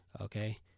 okay